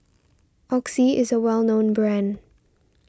Oxy is a well known brand